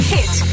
Hit